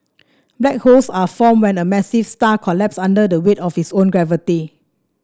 black holes are formed when a massive star collapses under the weight of its own gravity